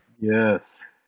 Yes